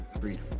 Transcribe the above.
Freedom